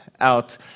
out